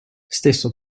stesso